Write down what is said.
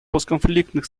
постконфликтных